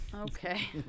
Okay